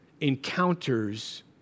encounters